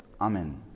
Amen